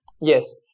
yes